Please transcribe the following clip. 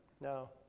No